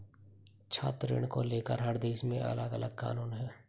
छात्र ऋण को लेकर हर देश में अलगअलग कानून है